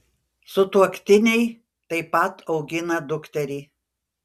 sutuoktiniai taip pat augina dukterį